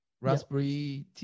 raspberry